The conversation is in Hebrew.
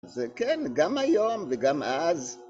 זה כן, גם היום וגם אז.